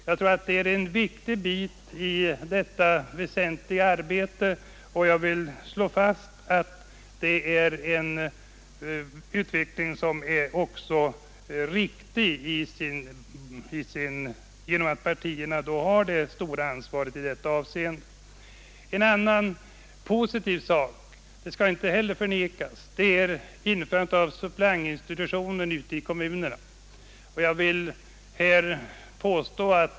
Jag tror att det är en viktig bit i detta väsentliga arbete, och jag vill slå fast att det här har skett en utveckling som är riktig. Partierna har ju ett stort ansvar i detta avseende. En annan positiv sak skall inte heller förnekas, nämligen införandet av suppleantinstitutionen i kommunerna.